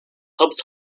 helps